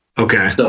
okay